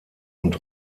und